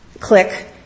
click